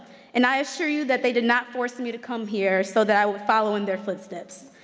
and i assure you that they did not force me to come here so that i would follow in their footsteps.